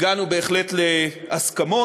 הגענו בהחלט להסכמות.